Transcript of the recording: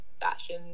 fashion